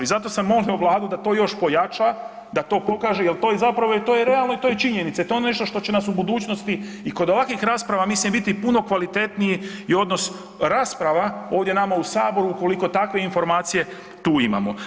I zato sam molio vladu da to još pojača, da to pokaže jel to je, zapravo je to realno i to je činjenica i to je nešto što će nas u budućnosti i kod ovakvih rasprava mislim biti puno kvalitetniji i odnos rasprava ovdje nama u saboru ukoliko takve informacije tu imamo.